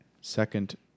second